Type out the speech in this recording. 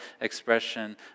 expression